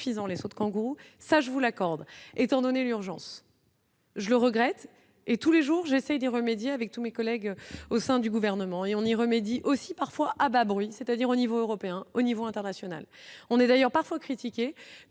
les sauts de kangourou, ça je vous l'accorde, étant donné l'urgence. Je le regrette et tous les jours, j'essaie d'y remédier, avec tous mes collègues au sein du gouvernement et on y remédie aussi parfois à bas bruit, c'est-à-dire au niveau européen, au niveau international, on est d'ailleurs parfois critiqué